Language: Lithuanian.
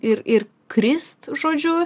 ir ir krist žodžiu